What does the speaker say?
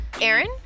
Aaron